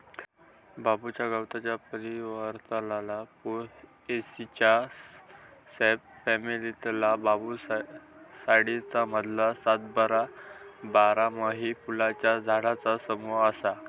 बांबू गवताच्या परिवारातला पोएसीच्या सब फॅमिलीतला बांबूसाईडी मधला सदाबहार, बारमाही फुलांच्या झाडांचा समूह असा